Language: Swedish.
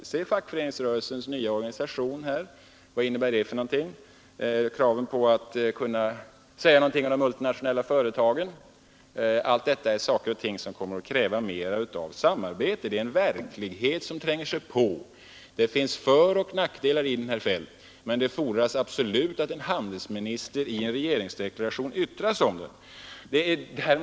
Vad innebär fackföreningsrörelsens nya Europaorganisation, och vad innebär kraven på att kunna säga någonting beträffande de multinationella företagen? Allt detta kommer att kräva mera samarbete. Det är en verklighet som tränger sig på. Det finns föroch nackdelar i den, herr Feldt, och det fordras att en handelsminister i en regeringsdeklaration yttrar sig om vad som händer.